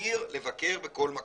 מתיר לבקר בכל מקום.